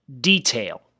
detail